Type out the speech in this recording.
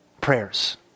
prayers